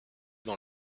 dans